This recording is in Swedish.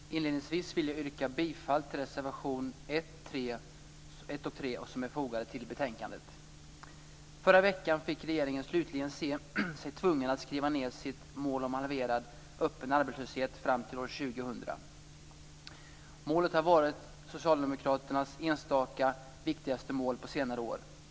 Fru talman! Inledningsvis vill jag yrka bifall till reservation 1 och 3 som är fogade till betänkandet. Förra veckan fick regeringen slutligen se sig tvungen att skriva ned sitt mål om halverad öppen arbetslöshet fram till år 2000. Målet har varit socialdemokraternas enstaka viktigaste mål på senare år.